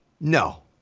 No